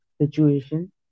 situation